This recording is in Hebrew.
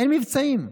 אין מבצעים.